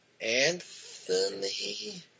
Anthony